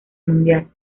mundial